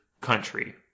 country